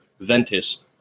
Ventus